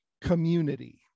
community